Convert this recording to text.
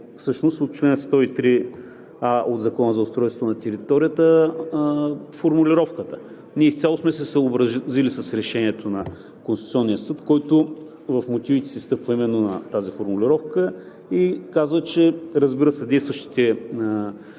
от чл. 103а от Закона за устройството на територията. Ние изцяло сме се съобразили с решението на Конституционния съд, който в мотивите си стъпва именно на тази формулировка и казва, разбира се, че действащите